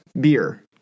beer